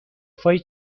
فای